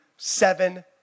seven